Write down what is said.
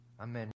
Amen